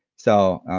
so,